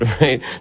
right